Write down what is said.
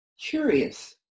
curious